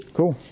Cool